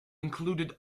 included